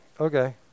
okay